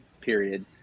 period